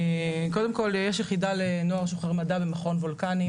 קודם כל יש יחידה לנוער שוחר מדע במכון וולקני.